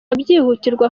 byihutirwa